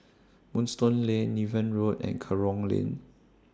Moonstone Lane Niven Road and Kerong Lane